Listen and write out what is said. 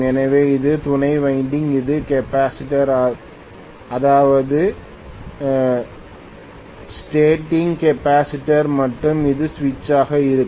எனவே இது துணை வைண்டிங் இது கெப்பாசிட்டர் அதாவது ஸ்டார்டிங் கெப்பாசிட்டர் மற்றும் இது சுவிட்சாக இருக்கும்